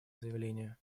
заявления